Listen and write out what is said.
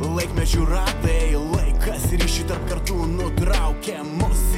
laikmečių ratai laikas riš daug kartų nutraukia mūsų